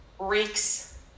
reeks